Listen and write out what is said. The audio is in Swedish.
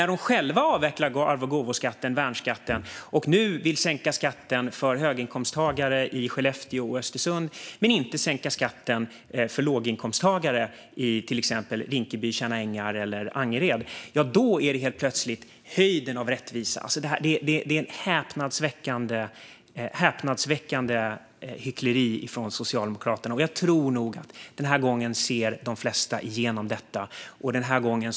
När de själva avvecklar arvs, gåvo och värnskatterna och nu vill sänka skatten för höginkomsttagare i Skellefteå och Östersund men inte för låginkomsttagare i till exempel Rinkeby, Tjärna ängar eller Angered är det plötsligt höjden av rättvisa. Det här är ett häpnadsväckande hyckleri från Socialdemokraternas håll. Jag tror nog att de flesta ser igenom detta den här gången.